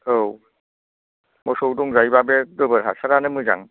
औ मोसौ दंजायोब्ला बे गोबोर हासारानो मोजां